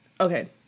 Okay